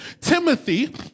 Timothy